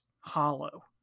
hollow